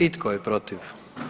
I tko je protiv?